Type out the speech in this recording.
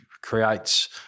creates